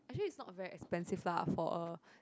actually it's not very expensive lah for a